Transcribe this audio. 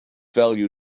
value